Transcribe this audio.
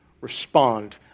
respond